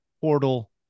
portal